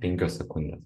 penkios sekundės